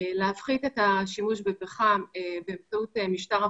להביא להקטנת הפגיעה בתושבי אשקלון למינימום